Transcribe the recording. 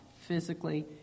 physically